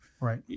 right